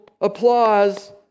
applause